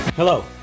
Hello